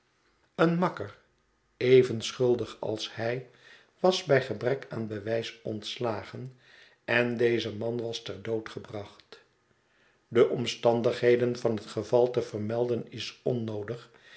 een makker even schuldig als hij was bij gebrek aan bewijs ontslagen en deze man was ter dood gebracht de omstandigheden van het geval te vermelden is onnoodig